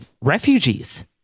refugees